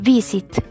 Visit